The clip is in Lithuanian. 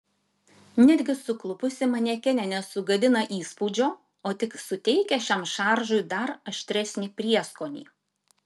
netgi suklupusi manekenė nesugadina įspūdžio o tik suteikia šiam šaržui dar aštresnį prieskonį